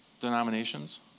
denominations